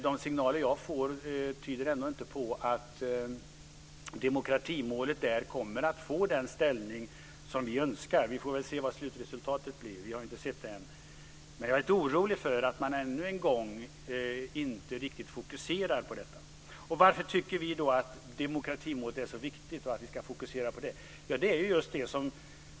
De signaler jag får tyder ändå inte på att demokratimålet kommer att få den ställning vi önskar. Vi får se vad slutresultatet blir. Vi har inte sett det än. Men jag är lite orolig för att man ännu en gång inte riktigt fokuserar på detta. Varför tycker vi att demokratimålet är så viktigt?